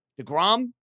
DeGrom